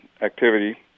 activity